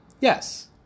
Yes